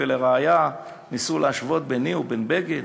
ולראיה, ניסו להשוות ביני ובין בגין